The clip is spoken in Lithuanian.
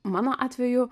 mano atveju